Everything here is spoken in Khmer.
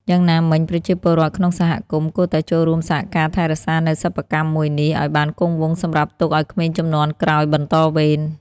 យ៉ាងណាមិញប្រជាពលរដ្ឋក្នុងសហគមន៍គួរតែចូលរួមសហការថែរក្សានូវសិប្បកម្មមួយនេះឲ្យបានគង់វង្សសម្រាប់ទុកឲ្យក្មេងជំនាន់ក្រោយបន្តវេន។